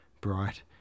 bright